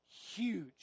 huge